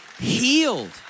healed